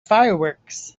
fireworks